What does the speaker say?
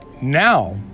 Now